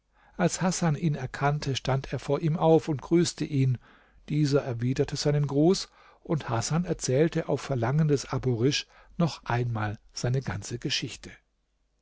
als hasan ihn erkannte stand er vor ihm auf und grüßte ihn dieser erwiderte seinen gruß und hasan erzählte auf verlangen des abu risch noch einmal seine ganze geschichte